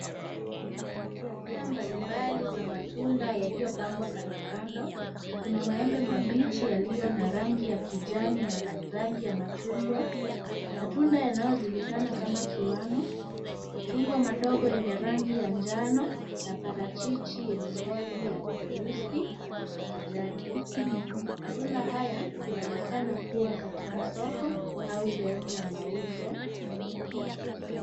Aina mbalimbali za matunda yaliyopangwa kandokando. Kuna maembe mabichi yaliyo na rangi ya kijani na rangi ya machungwa. Matunda yanayojulikana kama kiwano, machungwa madogo yenye rangi ya njano na parachichi yenye ngozi nyeusi na kijani. Matunda haya yanaonekana kuwa katika soko au sehemu ya mauzo ya vyakula.